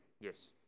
Yes